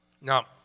Now